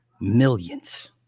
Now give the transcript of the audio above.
Millions